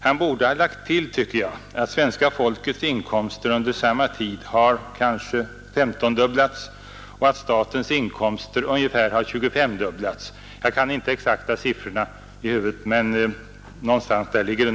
Han borde ha lagt till att svenska folkets inkomster under samma tid har kanske femtondubblats och att statens inkomster har ungefär tjugofemdubblats. Jag minns inte de exakta siffrorna, men det rör sig om någonting sådant.